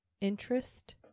Interest